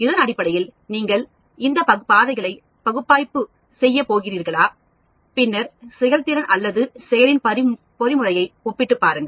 இதன் அடிப்படையில் நீங்கள் இந்த பாதைகளை பகுப்பாய்வு செய்யப் போகிறீர்கள் பின்னர் செயல்திறன் அல்லது செயலின் பொறிமுறையை ஒப்பிட்டுப் பாருங்கள்